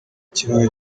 ikibuga